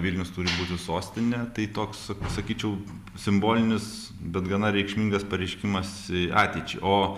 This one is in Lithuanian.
vilnius turi būti sostinė tai toks sakyčiau simbolinis bet gana reikšmingas pareiškimas ateičiai o